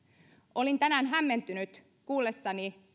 olin hämmentynyt kuullessani